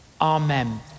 Amen